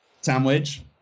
sandwich